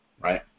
right